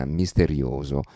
misterioso